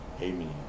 Amen